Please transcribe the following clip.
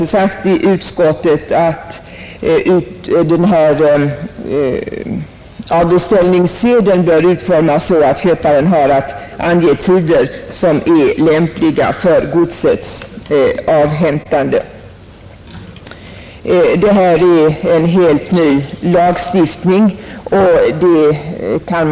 Vidare har utskottet sagt att avbeställningssedeln bör utformas så, att köparen har att ange tider som är lämpliga för godset avhämtande. Denna lagstiftning är helt ny.